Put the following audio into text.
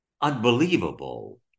unbelievable